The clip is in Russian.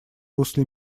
русле